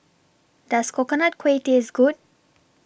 Does Coconut Kuih Taste Good